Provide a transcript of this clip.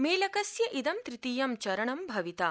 मेलकस्य इदं तुतीयं चरणं भविता